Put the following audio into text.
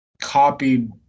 copied